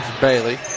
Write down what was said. Bailey